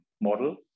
model